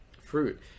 fruit